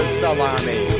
salami